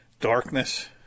Darkness